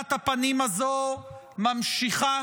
הלבנת הפנים הזו ממשיכה.